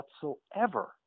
whatsoever